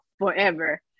forever